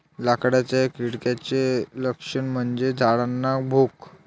लाकडाच्या किड्याचे लक्षण म्हणजे झाडांना भोक